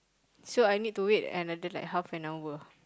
so I need to wait another like half an hour